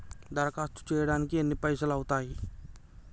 దరఖాస్తు చేయడానికి ఎన్ని పైసలు అవుతయీ?